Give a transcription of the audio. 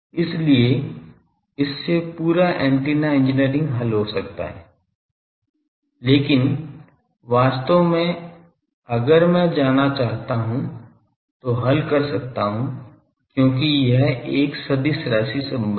इसलिए इससे पूरा एंटीना इंजीनियरिंग हल हो सकता है लेकिन वास्तव में अगर मैं जाना चाहता हूं तो हल कर सकता हूं क्योंकि यह एक सदिश राशि संबंध है